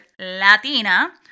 Latina